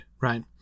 right